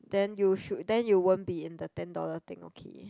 then you should then you won't be in the ten dollar thing okay